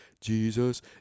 Jesus